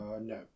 No